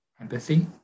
empathy